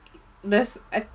this I